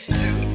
two